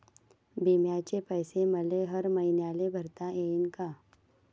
बिम्याचे पैसे मले हर मईन्याले भरता येईन का?